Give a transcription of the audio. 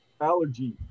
allergy